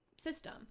system